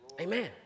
Amen